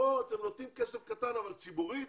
פה אתם נותנים כסף קטן, אבל ציבורית